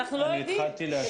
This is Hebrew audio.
אנחנו לא יודעים,